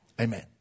Amen